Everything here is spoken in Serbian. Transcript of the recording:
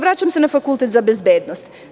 Vraćam se na Fakultet za bezbednost.